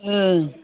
ओं